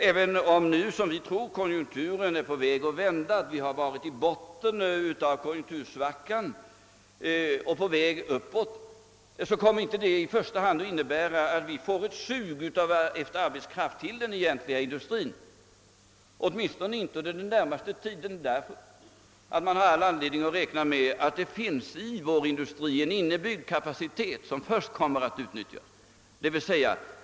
Även om konjunkturen nu, som vi tror, har varit på botten av svackan och är på väg uppåt, måste vi räkna med att detta inte i första hand kommer att medföra ett sug av arbetskraft till den egentliga industrin, åtminstone inte under den närmaste tiden. Det finns i vår industri en inbyggd kapacitet som först kommer att utnyttjas.